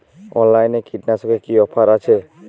অনলাইনে কীটনাশকে কি অফার আছে?